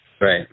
Right